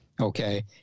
Okay